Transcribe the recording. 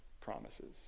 promises